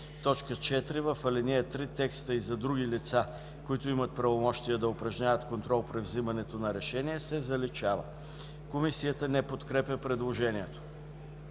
4. В ал. 3 текстът „и за други лица, които имат правомощия да упражняват контрол при вземането на решения” се заличава.” Комисията не подкрепя предложението.